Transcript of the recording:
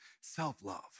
Self-love